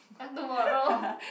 and tomorrow